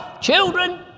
children